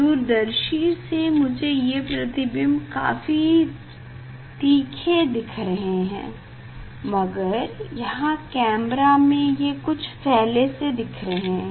दूरदर्शी से मुझे ये प्रतिबिंब काफी तीखे दिख रहे हैं मगर यहाँ कैमरा में ये कुछ फैले से दिख रहे हैं